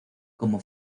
como